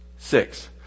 Six